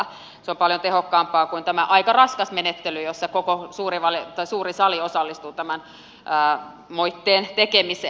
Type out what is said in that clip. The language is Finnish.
se on paljon tehokkaampaa kuin tämä aika raskas menettely jossa koko suuri sali osallistuu tämän moitteen tekemiseen